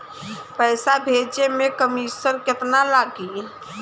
पैसा भेजे में कमिशन केतना लागि?